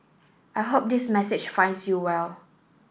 I hope this message finds you well